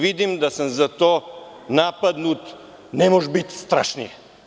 Vidim da sam za to napadnut, ne može biti strašnije.